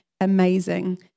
amazing